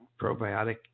probiotic